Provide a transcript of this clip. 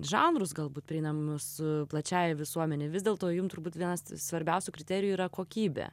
žanrus galbūt prieinamus plačiajai visuomenei vis dėlto jum turbūt vienas svarbiausių kriterijų yra kokybė